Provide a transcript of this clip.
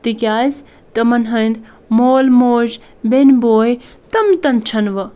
تِکیٛازِ تِمَن ہٕنٛدۍ مول موج بیٚنہِ بوے تِم تٕنہٕ چھِنہٕ وۄنۍ